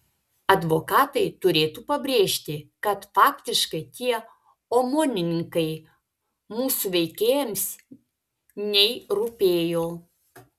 advokatai turėtų pabrėžti kad faktiškai tie omonininkai mūsų veikėjams nei rūpėjo